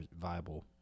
viable